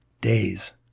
days